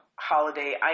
holiday